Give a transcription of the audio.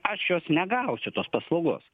aš jos negausiu tos paslaugos